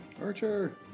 Archer